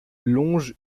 longe